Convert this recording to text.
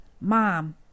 mom